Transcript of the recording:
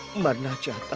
but raja!